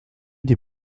des